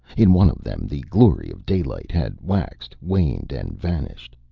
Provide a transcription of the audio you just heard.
in one of them the glory of daylight had waxed, waned, and vanished.